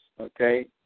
okay